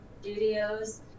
Studios